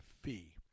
fee